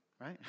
Right